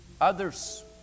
Others